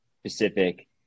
specific